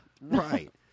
right